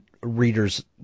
readers